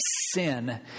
sin